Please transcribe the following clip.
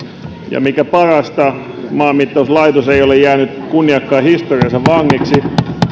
ja mikä parasta maanmittauslaitos ei ole jäänyt kunniakkaan historiansa vangiksi